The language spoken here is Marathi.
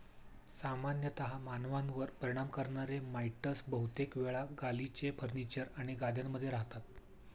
सामान्यतः मानवांवर परिणाम करणारे माइटस बहुतेक वेळा गालिचे, फर्निचर आणि गाद्यांमध्ये रहातात